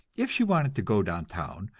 if she wanted to go downtown,